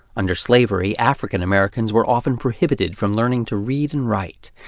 under slavery, african-americans were often prohibited from learning to read and write,